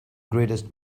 greatest